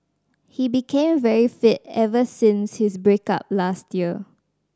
he became very fit ever since his break up last year